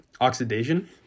oxidation